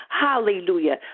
Hallelujah